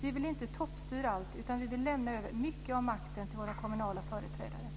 Vi vill inte toppstyra allt, utan vi vill lämna över mycket av makten till våra kommunala företrädare.